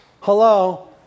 Hello